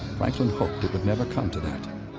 franklin hoped it would never come to that.